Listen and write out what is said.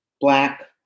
black